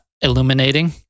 illuminating